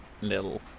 Little